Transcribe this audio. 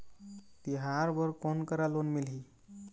तिहार बर कोन करा लोन मिलही?